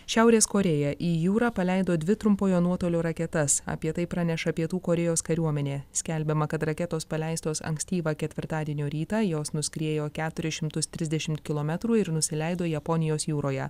šiaurės korėja į jūrą paleido dvi trumpojo nuotolio raketas apie tai praneša pietų korėjos kariuomenė skelbiama kad raketos paleistos ankstyvą ketvirtadienio rytą jos nuskriejo keturis šimtus trisdešim kilometrų ir nusileido japonijos jūroje